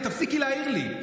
ותפסיקי להעיר לי.